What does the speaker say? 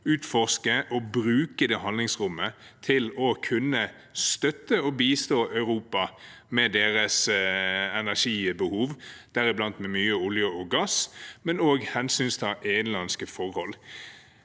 utforske og bruke det handlingsrommet til å kunne støtte og bistå Europa med sitt energibehov, deriblant med mye olje og gass, men også hensynta innenlandske forhold.